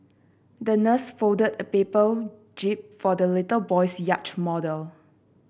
the nurse folded a paper jib for the little boy's yacht model